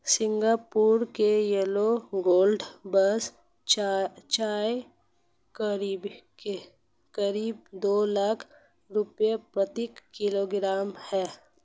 Singapore की yellow gold buds चाय करीब दो लाख रुपए प्रति किलोग्राम है